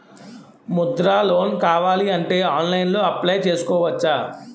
Mudra loan కావాలి అంటే ఆన్లైన్లో అప్లయ్ చేసుకోవచ్చా?